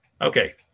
Okay